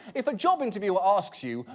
if a job interviewer asks you,